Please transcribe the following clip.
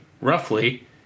roughly